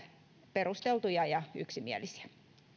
perusteltuja ja yksimielisiä